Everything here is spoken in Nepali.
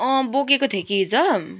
बोकेको थिएँ कि हिजो